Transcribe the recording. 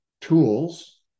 tools